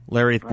Larry